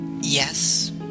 Yes